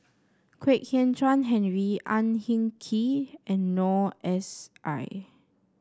Kwek Hian Chuan Henry Ang Hin Kee and Noor S I